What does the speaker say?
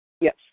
Yes